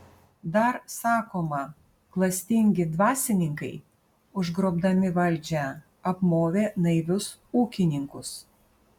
dar sakoma klastingi dvasininkai užgrobdami valdžią apmovė naivius ūkininkus